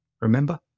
Remember